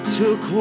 took